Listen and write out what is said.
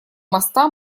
моста